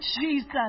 jesus